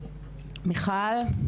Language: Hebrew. מיכל,